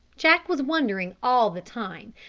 jack was wondering all the time,